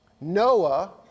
Noah